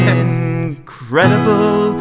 incredible